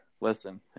listen